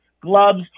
gloves